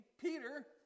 Peter